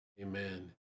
Amen